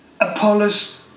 Apollos